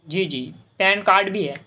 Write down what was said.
جی جی PAN card بھی ہے